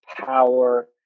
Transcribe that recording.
power